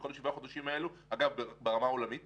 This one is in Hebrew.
זה דבר נוסף שצריך לטפל בו.